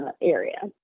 area